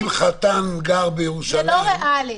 אם חתן גר בירושלים --- זה לא ריאלי,